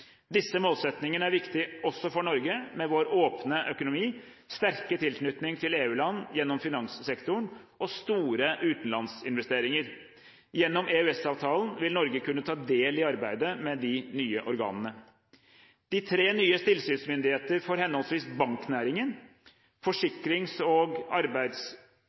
Disse målsettingene er viktige også for Norge, med vår åpne økonomi, sterke tilknytning til EU-land gjennom finanssektoren og store utenlandsinvesteringer. Gjennom EØS-avtalen vil Norge kunne ta del i arbeidet med de nye organene. De tre nye tilsynsmyndigheter for henholdsvis banknæringen, forsikrings- og